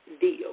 deal